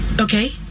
Okay